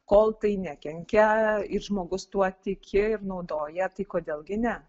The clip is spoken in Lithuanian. kol tai nekenkia ir žmogus tuo tiki ir naudoja tai kodėl gi ne